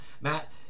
Matt